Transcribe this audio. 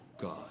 god